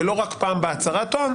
ולא רק פעם בהצהרת הון,